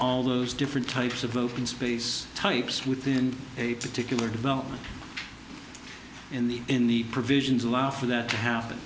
all those different types of open space types within a particular development in the in the provisions allow for that to happen